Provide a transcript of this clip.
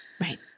right